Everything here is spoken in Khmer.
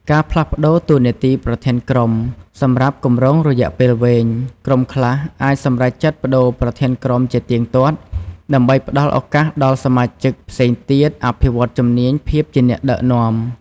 ការផ្លាស់ប្តូរតួនាទីប្រធានក្រុម សម្រាប់គម្រោងរយៈពេលវែង ក្រុមខ្លះអាចសម្រេចចិត្តប្តូរប្រធានក្រុមជាទៀងទាត់ ដើម្បីផ្តល់ឱកាសដល់សមាជិកផ្សេងទៀតអភិវឌ្ឍន៍ជំនាញភាពជាអ្នកដឹកនាំ។